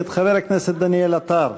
את חבר הכנסת דניאל עטר.